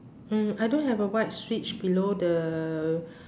mm I don't have a white switch below the